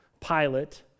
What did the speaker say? Pilate